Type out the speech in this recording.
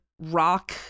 rock